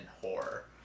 horror